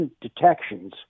detections